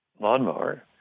lawnmower